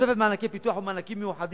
תוספת מענקי פיתוח ומענקים מיוחדים,